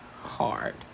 hard